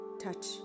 touch